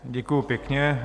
Děkuji pěkně.